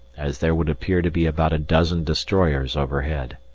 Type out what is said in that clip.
as there would appear to be about a dozen destroyers overhead.